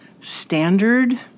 standard